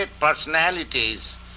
personalities